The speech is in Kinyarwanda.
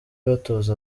batoza